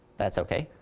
that's okay.